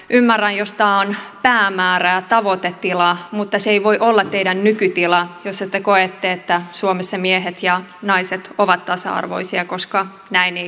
ymmärrän jos tämä on päämäärä ja tavoitetila mutta se ei voi olla teille nykytilanne jossa te koette että suomessa miehet ja naiset ovat tasa arvoisia koska näin ei ole